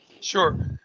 sure